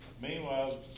Meanwhile